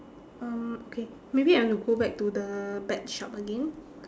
um okay maybe I wanna go back to the bet shop again